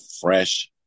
fresh